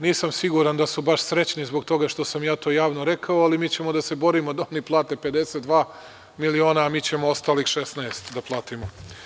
Nisam siguran da su baš srećni zbog toga što sam ja to javno rekao, ali mi ćemo da se borimo da oni plate 52 miliona, a mi ćemo ostalih 16 da platimo.